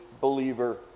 believer